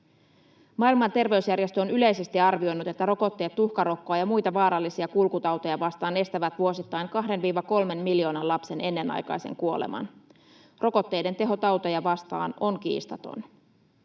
Maailman terveysjärjestö on yleisesti arvioinut, että rokotteet tuhkarokkoa ja muita vaarallisia kulkutauteja vastaan estävät vuosittain 2—3 miljoonan lapsen ennenaikaisen kuoleman. Rokotteiden teho tauteja vastaan on kiistaton.